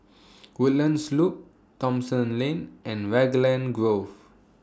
Woodlands Loop Thomson Lane and Raglan Grove